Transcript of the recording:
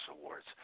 Awards